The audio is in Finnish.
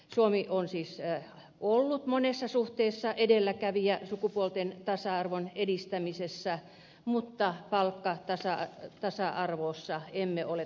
suomi on siis ollut monessa suhteessa edelläkävijä sukupuolten tasa arvon edistämisessä mutta palkkatasa arvossa emme ole tavoitteisiin päässeet